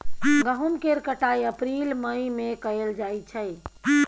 गहुम केर कटाई अप्रील मई में कएल जाइ छै